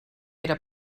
era